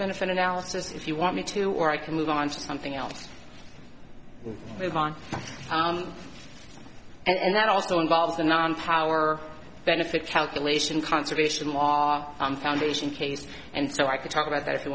benefit analysis if you want me to or i can move on to something else move on and that also involves the non power benefit calculation conservation law foundation case and so i can talk about that if you